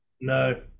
No